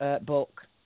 book